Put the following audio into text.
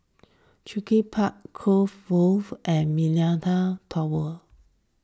Cluny Park Cove Grove and Millenia Tower